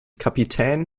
kapitän